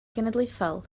genedlaethol